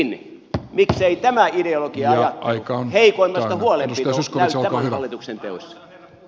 miksei tämä ideologia ja ajattelu heikoimmasta huolenpito näy tämän hallituksen teoissa